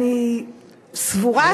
אני סבורה,